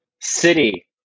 city